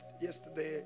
yesterday